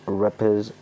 rappers